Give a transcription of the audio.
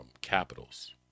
capitals